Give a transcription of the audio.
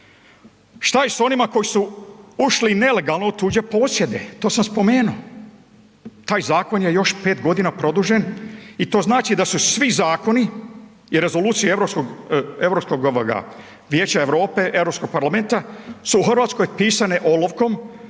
Što je s onima koji su ušli nelegalno u tuđe posjede? To sam spomenuo. Taj zakon je još 5 godina produžen i to znači da su svi zakoni i rezolucije Europskog vijeća Europe, EU parlamenta su u Hrvatskoj pisane olovkom